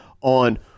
on